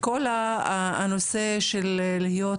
כל הנושא של להיות לבד,